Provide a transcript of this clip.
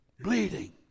bleeding